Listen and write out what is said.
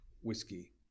Whiskey